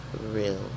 real